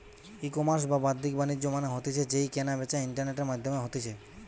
ecommerce বা বাদ্দিক বাণিজ্য মানে হতিছে যেই কেনা বেচা ইন্টারনেটের মাধ্যমে হতিছে